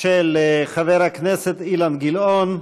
של חבר הכנסת אילן גילאון.